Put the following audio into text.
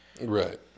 right